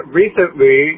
recently